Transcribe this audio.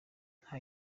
nta